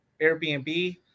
Airbnb